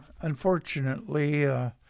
Unfortunately